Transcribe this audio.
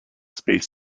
space